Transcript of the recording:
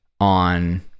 on